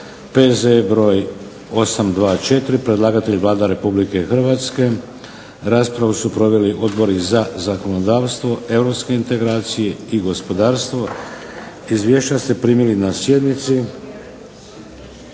P.Z.E. br. 824 Predlagatelj je Vlada Republike Hrvatske. Raspravu su proveli odbori za zakonodavstvo, europske integracije i gospodarstvo. Izvješća ste primili na sjednici.